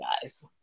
guys